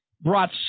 brought